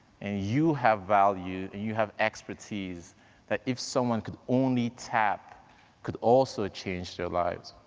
and you have value, and you have expertise that if someone could only tap could also change their lives